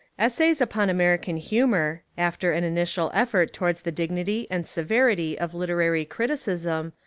essays upon american humour, after an initial effort towards the dignity and severity of literary criticism,